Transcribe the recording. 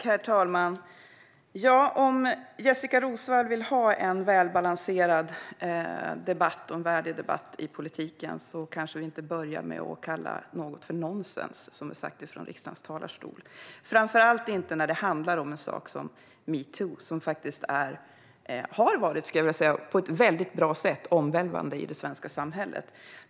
Herr talman! Om Jessika Roswall vill ha en välbalanserad, värdig debatt i politiken kanske vi inte ska börja med att kalla något för nonsens, som det sas från riksdagens talarstol, framför allt inte när det handlar om metoo, som på ett väldigt bra sätt har varit omvälvande i det svenska samhället.